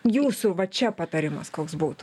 jūsų va čia patarimas koks būtų